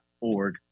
org